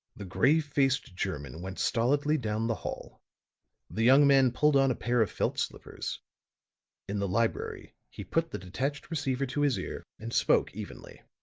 the grave-faced german went stolidly down the hall the young man pulled on a pair of felt slippers in the library he put the detached receiver to his ear and spoke evenly